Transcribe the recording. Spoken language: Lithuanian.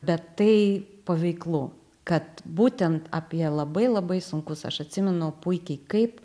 bet tai paveiklu kad būtent apie labai labai sunkus aš atsimenu puikiai kaip